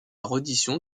reddition